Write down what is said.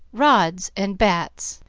rods, and bats,